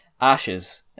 Ashes